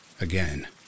Again